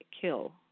Kill